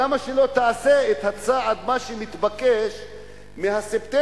למה שלא תעשה את הצעד שמתבקש מספטמבר,